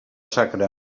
sacra